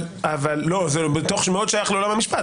זה מאוד שייך לעולם המשפט,